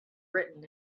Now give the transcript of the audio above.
written